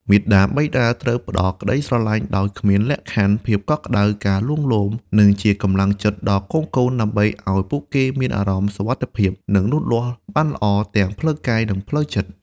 មាតាបិតាត្រូវផ្ដល់ក្ដីស្រឡាញ់ដោយគ្មានលក្ខខណ្ឌ ភាពកក់ក្ដៅ ការលួងលោម និងជាកម្លាំងចិត្តដល់កូនៗ ដើម្បីឲ្យពួកគេមានអារម្មណ៍សុវត្ថិភាព និងលូតលាស់បានល្អទាំងផ្លូវកាយ និងផ្លូវចិត្ត។